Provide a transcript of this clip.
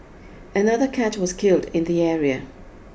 another cat was killed in the area